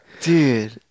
dude